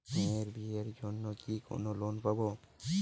মেয়ের বিয়ের জন্য কি কোন লোন পাব?